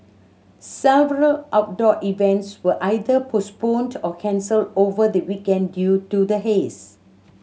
several outdoor events were either postponed or cancelled over the weekend due to the haze